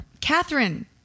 Catherine